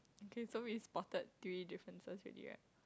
okay so is spotted three differences already right